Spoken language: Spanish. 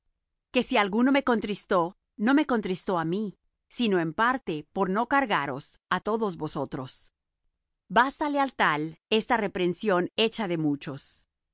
que si alguno me contristó no me contristó á mí sino en parte por no cargaros á todos vosotros bástale al tal esta reprensión hecha de muchos